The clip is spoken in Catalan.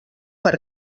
per